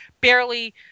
barely